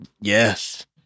Yes